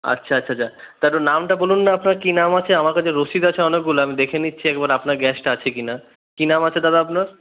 আচ্ছা আচ্ছা আচ্ছা তা একটু নামটা বলুন না আপনার কি নাম আছে আমার কাছে রসিদ আছে অনেকগুলা আমি দেখে নিচ্ছি একবার আপনার গ্যাসটা আছে কিনা কি নাম আছে দাদা আপনার